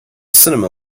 cinema